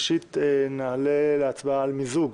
נעלה להצבעה את מיזוג